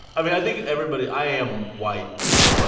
i but i think everybody i am white, more or less.